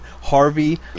Harvey